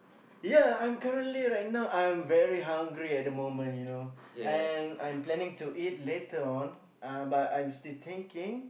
ya I'm currently right now I'm very hungry at the moment you know and I'm planning to eat later on but I'm still thinking